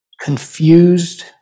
confused